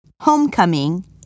Homecoming